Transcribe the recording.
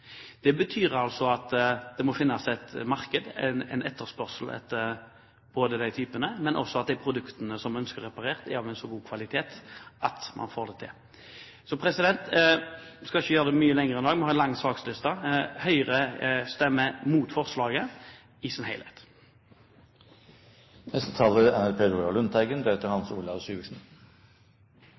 Det betyr altså at det må finnes et marked. Det er en etterspørsel ikke bare etter typene, men også at de produktene en ønsker reparert, er av en så god kvalitet at man får det til. Jeg skal ikke gjøre dette mye lenger. Vi har en lang saksliste i dag. Høyre stemmer mot forslaget i sin helhet.